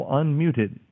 unmuted